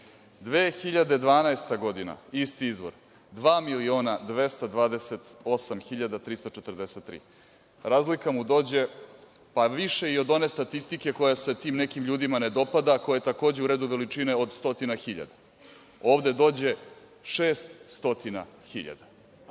2012, isti izvor – 2.228.343. Razlika mu dođe pa više i od one statistike koja se tim nekim ljudima ne dopada, a koja je takođe u redu veličine od stotina hiljada. Ovde dođe šest